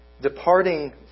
departing